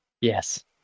Yes